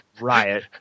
riot